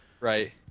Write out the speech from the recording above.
right